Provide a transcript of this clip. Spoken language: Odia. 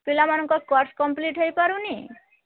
ପିଲାମାନଙ୍କ କୋର୍ସ କମ୍ପ୍ଲିଟ୍ ହେଇପାରୁନି